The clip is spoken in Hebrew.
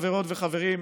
חברות וחברים,